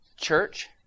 church